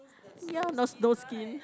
ya snow snowskin